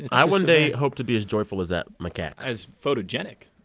i one day hope to be as joyful as that macaque as photogenic.